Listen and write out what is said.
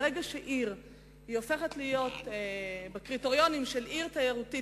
ברגע שעיר עומדת בקריטריונים של עיר תיירותית,